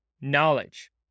Knowledge